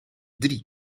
drie